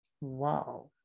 Wow